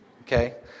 Okay